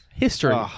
History